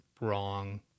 wrong